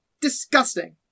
Disgusting